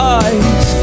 eyes